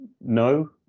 no